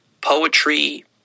poetry